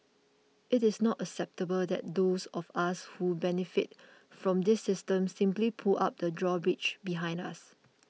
it is not acceptable that those of us who benefited from this system simply pull up the drawbridge behind us